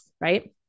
right